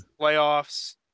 playoffs